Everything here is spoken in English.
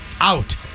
out